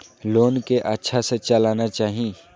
Loan के अच्छा से चलाना चाहि?